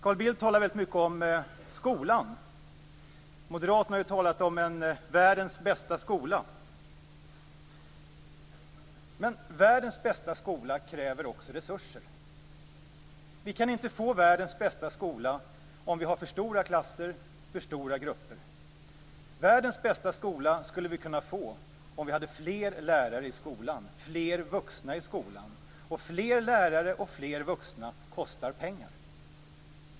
Carl Bildt talar väldigt mycket om skolan. Moderaterna har talat om världens bästa skola. Men världens bästa skola kräver också resurser. Vi kan inte få världens bästa skola om vi har för stora klasser, för stora grupper. Världens bästa skola skulle vi kunna få om vi hade fler lärare i skolan, fler vuxna i skolan. Fler lärare och fler vuxna kostar pengar.